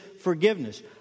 forgiveness